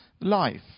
life